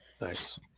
Nice